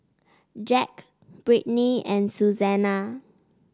Jacque Brittaney and Suzanna